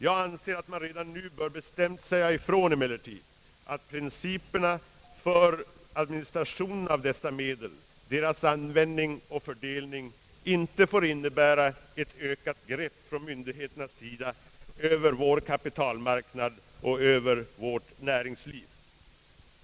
Jag anser emellertid att man redan nu bestämt bör säga ifrån att principerna för administrationen av dessa medel, d. v. s. deras användning och fördelning, inte får innebära ett ökat grepp från myndigheternas sida över vår kapitalmarknad och över vårt näringsliv.